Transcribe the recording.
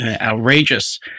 outrageous